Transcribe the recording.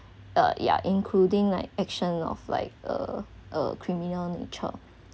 uh yeah including like action of like a a criminal mature